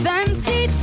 Fancy